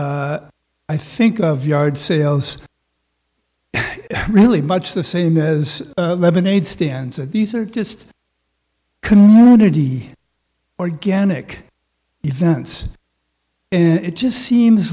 i think of yard sales really much the same as lemonade stands and these are just community organic events and it just seems